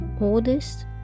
oldest